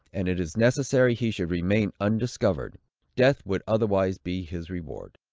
and it is necessary he should remain undiscovered death would otherwise be his reward.